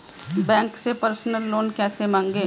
Bank से personal loan कैसे मांगें?